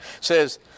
says